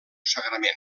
sagrament